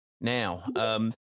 now